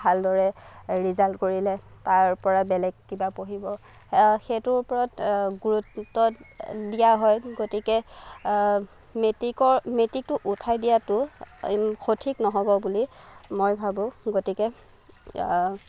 ভালদৰে ৰিজাল্ট কৰিলে তাৰপৰা বেলেগ কিবা পঢ়িব সেইটোৰ ওপৰত গুৰুত্ব দিয়া হয় গতিকে মেট্ৰিকৰ মেট্ৰিকটো উঠাই দিয়াতো সঠিক নহ'ব বুলি মই ভাবোঁ গতিকে